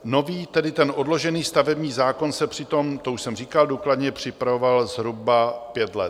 Nový, tedy ten odložený stavební zákon se přitom to už jsem říkal důkladně připravoval zhruba pět let.